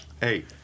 hey